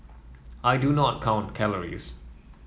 I do not count calories